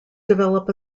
develop